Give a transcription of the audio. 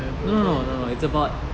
the global topic